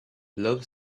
love